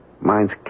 Mine's